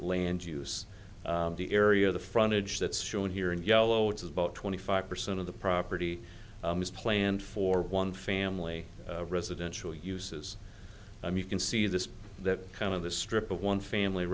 land use the area of the frontage that's shown here in yellow which is about twenty five percent of the property is planned for one family residential uses i mean you can see this that kind of the strip of one family